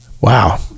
Wow